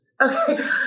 Okay